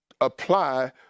apply